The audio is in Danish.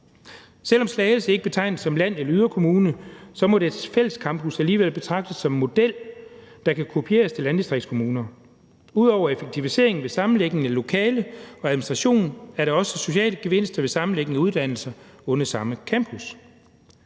Selv om Slagelse ikke betegnes som land- eller yderkommune, må dets fællescampus alligevel betragtes som en model, der kan kopieres til landdistriktskommuner. Ud over effektivisering ved sammenlægning af lokaler og administration er der også sociale gevinster ved sammenlægning af uddannelser under samme campus.